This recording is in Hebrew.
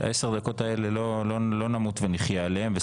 עשר הדקות האלה לא נמות ונחיה עליהן.